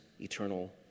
eternal